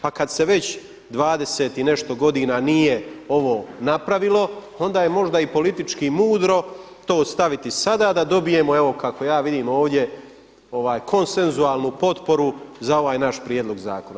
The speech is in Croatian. Pa kada se već 20 i nešto godina nije ovo napravilo, onda je možda i politički mudro to staviti sada da dobijemo evo kako ja vidim ovdje konsensualnu potporu za ovaj naš prijedlog zakona.